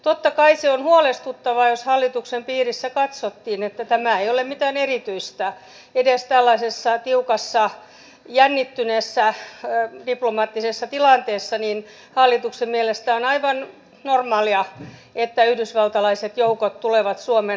totta kai se on huolestuttavaa jos hallituksen piirissä katsottiin että tämä ei ole mitään erityistä edes tällaisessa tiukassa jännittyneessä diplomaattisessa tilanteessa että hallituksen mielestä on aivan normaalia että yhdysvaltalaiset joukot tulevat suomeen harjoittelemaan